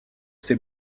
ses